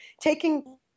taking –